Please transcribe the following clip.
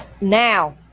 Now